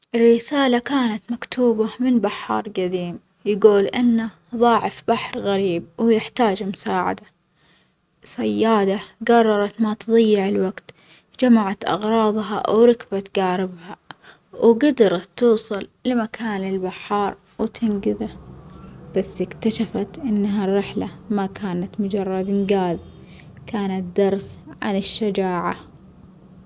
الرسالة كانت مكتوبة من بحر جديم يقول إنه ضاع في بحر غريب ومحتاج مساعدة، صيادة جررت ما تضيع الوجت، جمعت أغراظها وركبت جاربها وجدرت توصل لمكان البحار وتنجذه، بس إكتشفت إن هالرحلة ما كانت مجرد إنجاذ كانت درس عن الشجاعة.